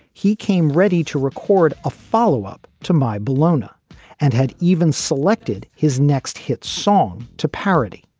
he came ready to record a follow up to my bellona and had even selected his next hit song to parody